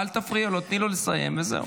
אל תפריעי לו, תני לו לסיים וזהו.